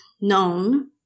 known